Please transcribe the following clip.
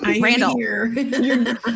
Randall